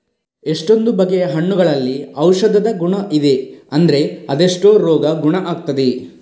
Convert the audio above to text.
ಎಷ್ಟೊಂದು ಬಗೆಯ ಹಣ್ಣುಗಳಲ್ಲಿ ಔಷಧದ ಗುಣ ಇದೆ ಅಂದ್ರೆ ಅದೆಷ್ಟೋ ರೋಗ ಗುಣ ಆಗ್ತದೆ